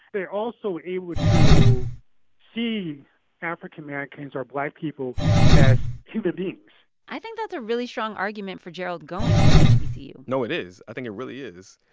they're also able to see african-americans or black people as human beings i think that's a really strong argument for gerald going to an hbcu no, you know it is. i think it really is.